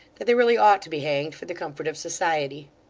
that they really ought to be hanged for the comfort of society